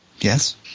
Yes